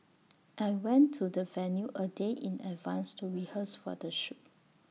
I went to the venue A day in advance to rehearse for the shoot